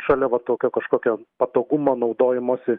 šalia va tokio kažkokio patogumo naudojimosi